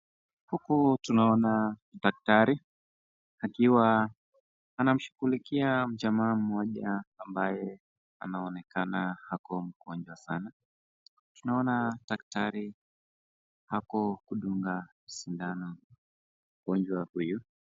Huku tunaona daktari akiwa anamshughulikia mjamaa mmoja ambaye anaonekana ako mgonjwa sana. Tunaona daktari ako kudunga sindano mgonjwa huyu.